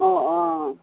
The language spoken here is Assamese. অঁ অঁ